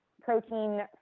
protein